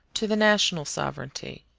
to the national sovereignty.